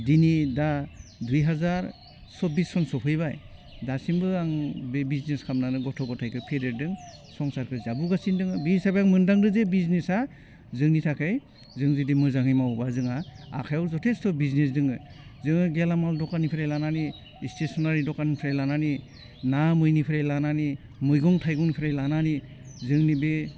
दिनै दा दुइ हाजार सब्बिस सन सफैबाय दासिमबो आं बे बिजनेस खालामनानै गथ' गथायखौ फेदेरदों संसारखौ जाबोगासिनो दोङो बे हिसाबै आं मोनदांदोंजे बिजनेसा जोंनि थाखाय जों जुदि मोजाङै मावोबा जोंहा आखायाव जथेस्थ' बिजनेस दङ जोङो गेलामाल दखाननिफ्राय लानानै स्टेसनारि दखाननिफ्राय लानानै ना मैनिफ्राय लानानै मैगं थाइगंनिफ्राय लानानै जोंनि बे